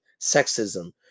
sexism